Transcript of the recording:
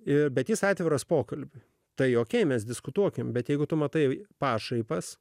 ir bet jis atviras pokalbis tai jokia mes diskutuokime bet jeigu tu matai pašaipas